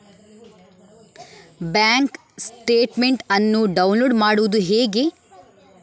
Bank statement ಅನ್ನು download ಮಾಡುವುದು ಹೇಗೆ?